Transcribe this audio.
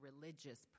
religious